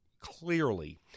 clearly